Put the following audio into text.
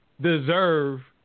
deserve